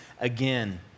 again